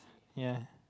ya